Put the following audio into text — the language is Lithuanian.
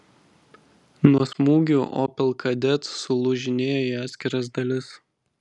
nuo smūgių opel kadett sulūžinėjo į atskiras dalis